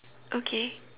okay